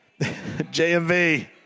JMV